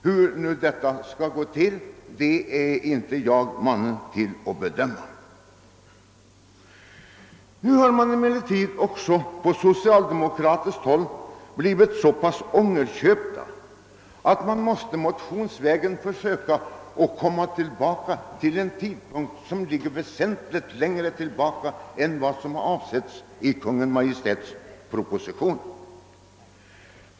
Hur det skall gå till är emellertid inte jag mannen att bedöma. På socialdemokratiskt håll har man nu också blivit så ångerköpt att man motionsvägen har försökt komma tillbaka till en tidpunkt som ligger längre tillbaka än vad avsikten varit i propositionen.